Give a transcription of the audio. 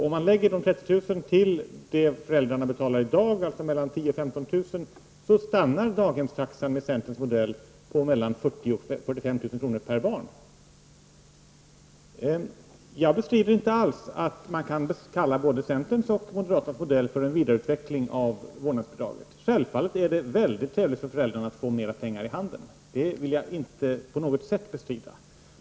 Om man lägger de 30 000 kronorna till vad föräldrarna betalar i dag, 10 000-- Jag bestrider inte alls att man kan kalla både centerns och moderaternas modell för en vidare utveckling av vårdnadsbidraget. Självfallet är det väldigt trevligt för föräldrarna att få mera pengar i handen. Det vill jag alltså inte på något sätt bestrida.